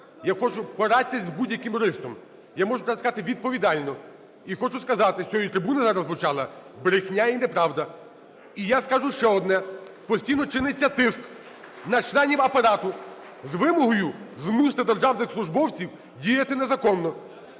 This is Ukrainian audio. Я хочу… порадьтесь з будь-яким юристом, я можу сказати відповідально, і хочу сказати з цієї трибуни, що зараз звучала брехня і неправда. І я скажу ще одне: постійно чиниться тиск на членів Апарату з вимогою змусити державних службовців діяти незаконно.